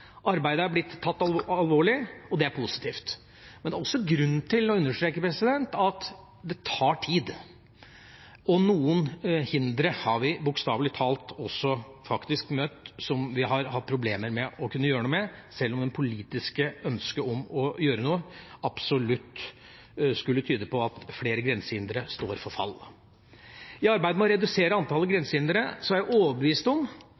Arbeidet er blitt tatt alvorlig, og det er positivt. Men det er også grunn til å understreke at det tar tid, og noen hindre har vi bokstavelig talt også møtt som vi har hatt problemer med å kunne gjøre noe med, sjøl om det politiske ønsket om å gjøre noe, absolutt skulle tyde på at flere grensehindre står for fall. I arbeidet med å redusere antallet grensehindre er jeg overbevist om